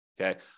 Okay